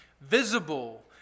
visible